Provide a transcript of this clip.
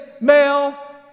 male